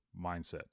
mindset